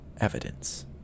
evidence